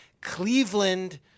Cleveland